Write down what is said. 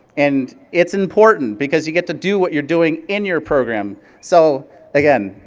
and it's important because you get to do what you're doing in your program. so again,